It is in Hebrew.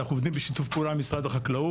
אנחנו עובדים בשיתוף פעולה עם משרד החקלאות.